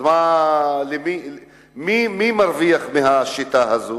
אז מי מרוויח מהשיטה הזאת?